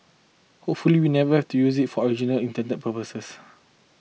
hopefully we never do you use it for original intend purposes